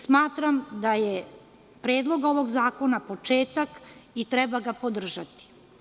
Smatram da je predlog ovog zakona početak i treba ga podržati.